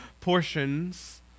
portions